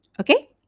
okay